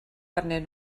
arnyn